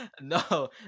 No